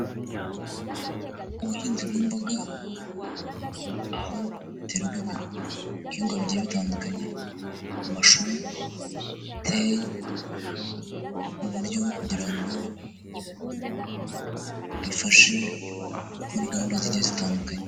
Ubuhinzi bw'imboga aho haterwa ibihingwa bigiye bitandukanye; amashu, teyi, mu buryo bwo kugira ngo bifashe muri gahunda zigiye zitandukanye.